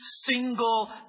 single